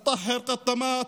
אל-מטהר-קטמאת,